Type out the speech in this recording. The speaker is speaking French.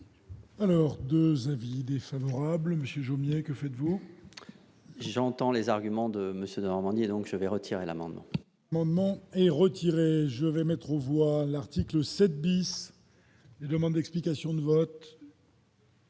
Alors 2 avis défavorables Monsieur Jomier, que faites-vous. J'entends les arguments de Monsieur Normandie, donc je vais retirer l'amendement. Moment et retiré, je vais mettre au voilà retient que le 7 bis et demandes d'explications de vote.